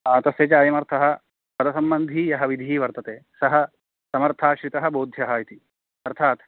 तस्य च अयमर्थः पदसम्बन्धी यः विधिः वर्तते सः समर्थाश्रितः बोध्यः इति अर्थात्